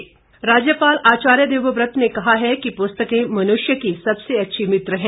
राज्यपाल राज्यपाल आचार्य देवव्रत ने कहा है कि पुस्तकें मनुष्य की सबसे अच्छी मित्र हैं